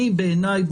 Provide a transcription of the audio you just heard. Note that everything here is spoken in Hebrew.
בעיניי,